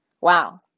Wow